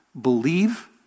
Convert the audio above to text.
Believe